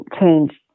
changed